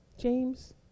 James